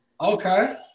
Okay